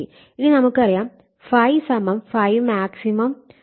ഇനി നമുക്കറിയാം ∅ ∅max sin ω t